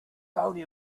only